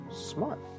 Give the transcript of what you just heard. smart